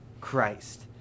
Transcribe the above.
Christ